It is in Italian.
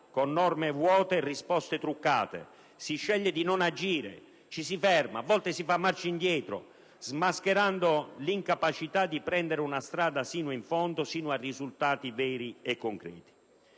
con norme vuote e risposte truccate, si sceglie di non agire, ci si ferma, a volte si fa marcia indietro, mascherando l'incapacità di prendere una strada sino in fondo, sino a risultati veri e concreti.